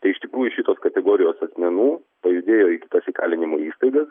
tai iš tikrųjų šitos kategorijos asmenų pajudėjo į kitas įkalinimo įstaigas